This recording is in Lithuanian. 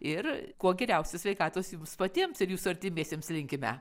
ir kuo geriausios sveikatos jums patiems ir jūsų artimiesiems linkime